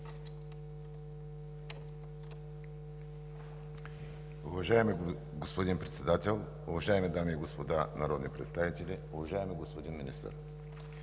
Уважаеми господин Председател, уважаеми дами и господа народни представители! Уважаеми господин Министър,